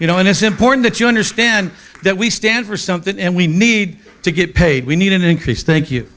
you know and it's important you understand that we stand for something and we need to get paid we need an increase thank you